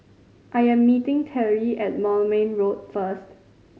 I am meeting Terry at Moulmein Road first